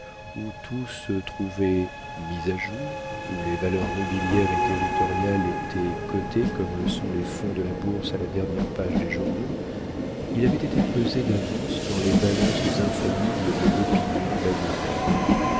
où tout se trouvait mis à jour où les valeurs nobiliaires et territoriales étaient cotées comme le sont les fonds de la bourse à la dernière page des journaux il avait été pesé d'avance dans les balances infaillibles de l'opinion